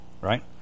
right